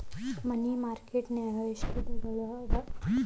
ಮನಿ market ನ್ಯಾಗ್ ಎಷ್ಟವಿಧಗಳು ಅವ?